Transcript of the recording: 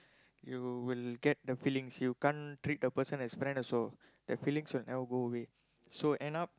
you will get the feelings you can't treat a person as friend also the feelings will never go away so end up